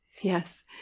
Yes